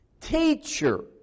Teacher